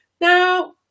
Now